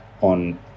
on